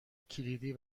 کلیدی